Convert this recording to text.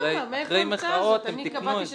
אחרי מחאות הם תיקנו את זה.